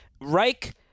Reich